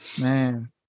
Man